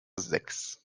sechs